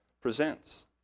presents